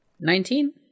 Nineteen